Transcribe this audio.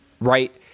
right